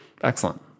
Excellent